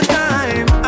time